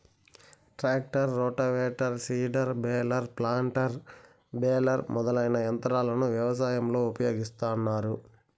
tractor, rotavator, seeder, baler, planter, baler మొదలైన యంత్రాలను వ్యవసాయంలో ఉపయోగిస్తాన్నారు